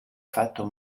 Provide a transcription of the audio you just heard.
fatto